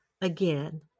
again